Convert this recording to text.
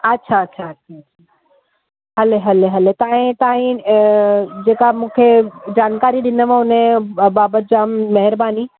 अछा अछा अछा हले हले हले ताईं ताईं जेका मूंखे जानकारी ॾिनव उन ई बाबा जाम महिरबानी